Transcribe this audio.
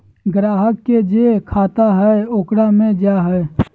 ग्राहक के जे खाता हइ ओकरे मे जा हइ